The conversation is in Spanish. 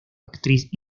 actriz